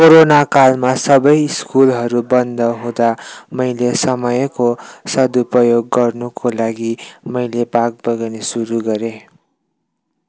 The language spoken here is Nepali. कोरोना कालमा सबै स्कुलहरू बन्द हुँदा मैले समयको सदुपयोग गर्नुको लागि मैले बागवानी सुरु गरेँ